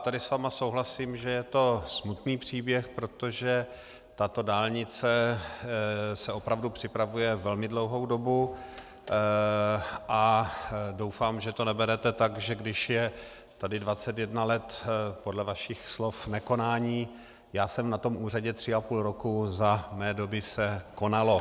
Tady s vámi souhlasím, že je to smutný příběh, protože tato dálnice se opravdu připravuje velmi dlouhou dobu a doufám, že to neberete tak, že když je tady 21 let podle vašich slov nekonání, já jsem na tom úřadě 3,5 roku, za mé doby se konalo.